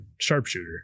sharpshooter